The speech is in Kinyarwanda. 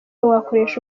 wakoresha